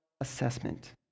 assessment